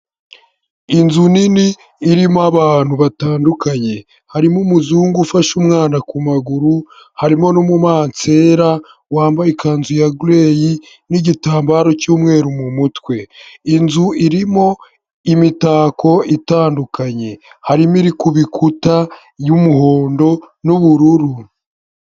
Inzu nini irimo abantu batandukanye, harimo umuzungu ufashe umwana ku maguru, harimo n'umumansera wambaye ikanzu ya girayi n'igitambaro cy'umweru mu mutwe, inzu irimo imitako itandukanye, harimo iri kubikuta y'umuhondo n'ubururu.